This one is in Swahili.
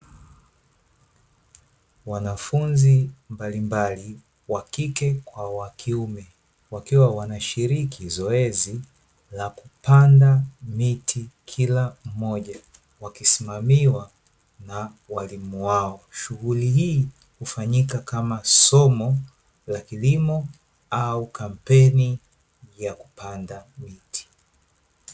Wanafunzi mbalimbali wa kike kwa wa kiume, wakiwa wanashiriki zoezi la kupanda miti kila mmoja, wakisimamiwa na walimu wao. Shughuli hii hufanyika kama somo la kilimo au kampeni ya kupanda miti.